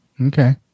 Okay